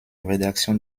rédaction